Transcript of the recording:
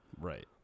Right